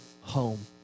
home